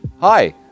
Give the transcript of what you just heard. Hi